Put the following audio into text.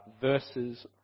verses